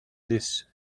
this